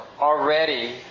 already